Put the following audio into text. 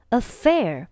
affair